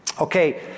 okay